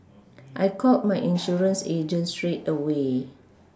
I called my insurance agent straight away